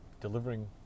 delivering